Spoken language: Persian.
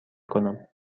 کنم